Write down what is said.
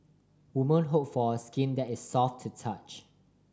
women hope for a skin that is soft to touch